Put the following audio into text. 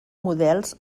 models